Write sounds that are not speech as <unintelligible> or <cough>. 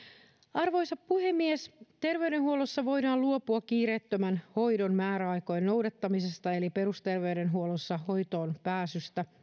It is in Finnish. arvoisa puhemies terveydenhuollossa voidaan luopua kiireettömän hoidon määräaikojen noudattamisesta eli perusterveydenhuollossa hoitoon pääsystä <unintelligible>